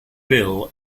bill